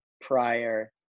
prior